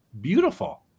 beautiful